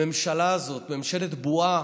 הממשלה הזאת, ממשלת בועה,